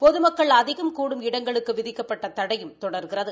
பொதமக்கள் அதிகம் கூடும் இடங்களுக்கு விதிக்கப்பட்ட தடையும் தொடர்கிறது